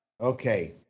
Okay